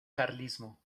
carlismo